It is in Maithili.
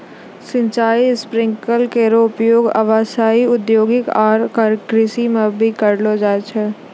सिंचाई स्प्रिंकलर केरो उपयोग आवासीय, औद्योगिक आरु कृषि म करलो जाय छै